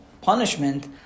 punishment